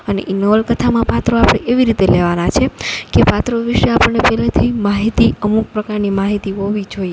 અને ઈ નવલકથામાં પાત્રો આપડે એવી રીતે લેવાના છે કે પાત્રો વિશે આપણને પેલાથી માહિતી અમુક પ્રકારની માહિતી હોવી જોઈએ